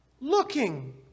Looking